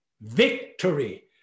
Victory